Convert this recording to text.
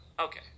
Okay